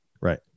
right